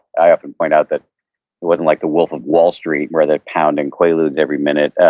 i often point out that it wasn't like the wolf of wall street where they're pounding quaalude every minute,